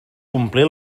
complir